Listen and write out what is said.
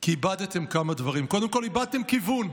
כי איבדתם כמה דברים: קודם כול איבדתם כיוון.